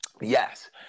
Yes